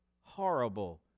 horrible